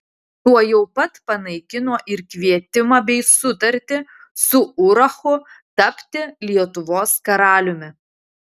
tuojau pat panaikino ir kvietimą bei sutartį su urachu tapti lietuvos karaliumi